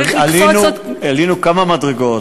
צריך לקפוץ עוד, עלינו כמה מדרגות.